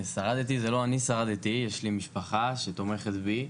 שרדתי, זה לא אני שרדתי, יש לי משפחה שתומכת בי.